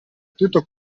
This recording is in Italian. tutto